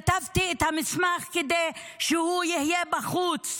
כתבתי את המסמך כדי שהוא יהיה בחוץ,